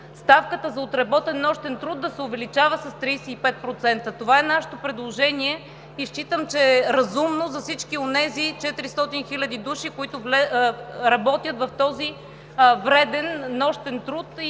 ставката за отработен нощен труд да се увеличава с 35%. Това е нашето предложение. Считам, че е разумно за всички онези 400 000 души, които работят този вреден, нощен труд,